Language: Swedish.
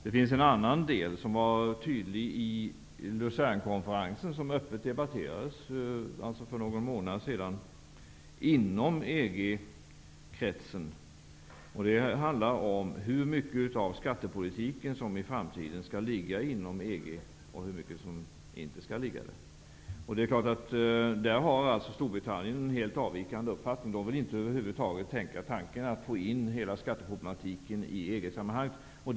Ett annat tydligt problem, som öppet debatterades inom EG-kretsen för någon månad sedan på Lucernkonferensen, är hur mycket av skattepolitiken som i fortsättningen skall ligga inom EG och hur mycket av den som inte skall göra det. På den punkten har Storbritannien en helt avvikande uppfattning. Engelsmännen vill över huvud taget inte tänka tanken att få in hela skatteproblematiken i EG-sammanhanget.